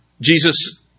Jesus